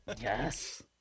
Yes